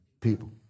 people